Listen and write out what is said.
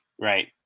Right